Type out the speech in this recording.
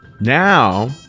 now